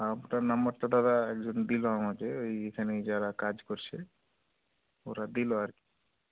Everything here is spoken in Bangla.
আপনার নাম্বার তো দাদা একজন দিল আমাকে ওই এখানে যারা কাজ করছে ওরা দিলো আর কি